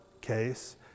case